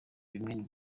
bimwe